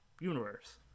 universe